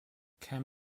cam